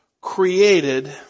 created